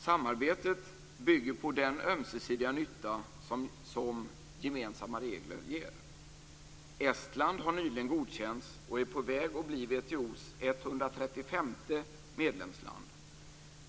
Samarbetet bygger på den ömsesidiga nytta som gemensamma regler ger. Estland har nyligen godkänts och är på väg att bli WTO:s 135:e medlemsland.